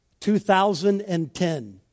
2010